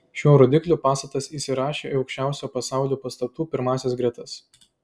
šiuo rodikliu pastatas įsirašė į aukščiausių pasaulio pastatų pirmąsias gretas